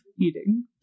eating